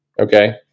Okay